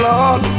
Lord